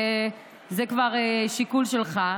וזה כבר שיקול שלך,